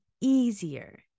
easier